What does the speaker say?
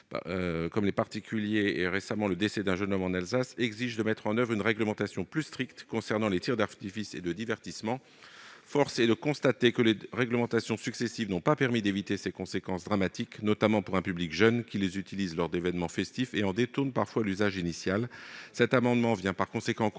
pour les particuliers- récemment, un jeune homme est décédé en Alsace -exigent de mettre en oeuvre une réglementation plus stricte concernant les tirs d'artifice et de divertissement. Force est de constater que les réglementations successives n'ont pas permis d'éviter ces conséquences dramatiques, notamment pour un public jeune qui les utilise lors d'événements festifs et en détourne parfois l'usage initial. Cet amendement vise par conséquent à compléter